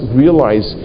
realize